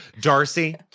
Darcy